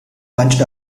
bunched